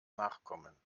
nachkommen